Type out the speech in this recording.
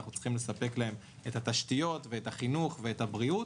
אנחנו צריכים לספק להם את התשתיות ואת החינוך ואת הבריאות.